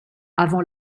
avant